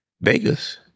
Vegas